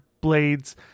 blades